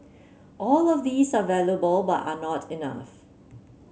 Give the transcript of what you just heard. all of these are valuable but are not enough